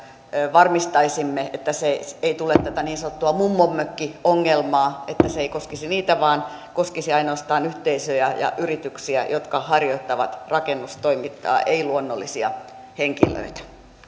varmistaisimme että ei tule tätä niin sanottua mummonmökkiongelmaa että se koskisi niitä vaan se koskisi ainoastaan yhteisöjä ja ja yrityksiä jotka harjoittavat rakennustoimintaa ei luonnollisia henkilöitä